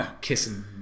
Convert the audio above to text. Kissing